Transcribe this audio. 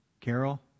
Carol